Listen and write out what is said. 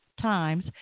Times